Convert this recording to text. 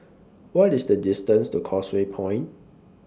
What IS The distance to Causeway Point